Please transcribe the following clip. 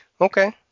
Okay